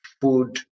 food